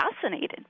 fascinated